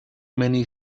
many